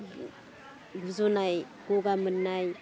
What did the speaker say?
गुजुनाय गगा मोन्नाय